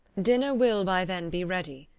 dinner will by then be ready.